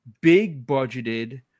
big-budgeted